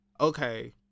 okay